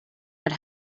had